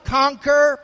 conquer